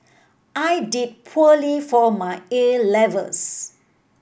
I did poorly for my 'A' levels